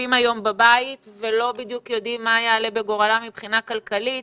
שיושבים היום בבית ולא בדיוק יודעים מה יעלה בגורלם מבחינה כלכלית.